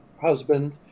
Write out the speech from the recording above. husband